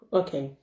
okay